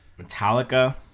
Metallica